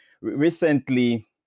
Recently